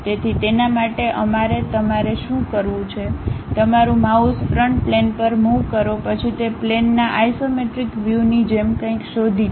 તેથી તેના માટે અમારે તમારે શું કરવું છે તમારું માઉસ ફ્રન્ટ પ્લેન પર મુવ કરો પછી તે પ્લેનના આઇસોમેટ્રિક વયુ ની જેમ કંઈક શોધી છે